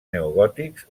neogòtics